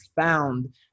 found